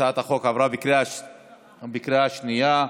הצעת החוק עברה בקריאה שנייה.